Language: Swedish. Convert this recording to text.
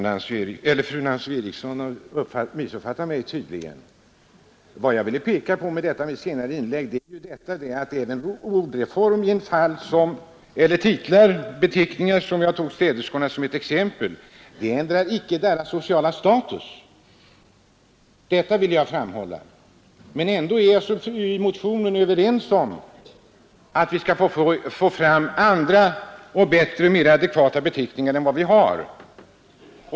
Herr talman! Fru Nancy Eriksson missuppfattade mig tydligen. Vad jag ville peka på med mitt senare inlägg var att en ordreform även beträffande titlar och beteckningar, jag tog städerskorna som exempel, inte ändrar deras sociala status. Men ändå begär jag i motionen att vi skall få fram andra och mer adekvata beteckningar än vi har.